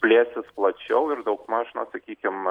plėsis plačiau ir daugmaž na sakykim